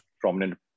prominent